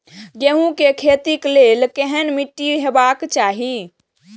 गेहूं के खेतीक लेल केहन मीट्टी हेबाक चाही?